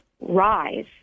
rise